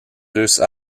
russes